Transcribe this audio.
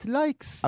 likes